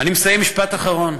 אני מסיים, משפט אחרון.